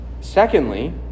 Secondly